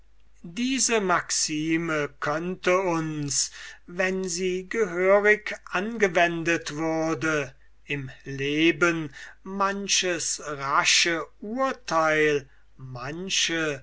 diese maxime könnte uns wenn sie gehörig angewendet würde im leben manches rasche urteil manche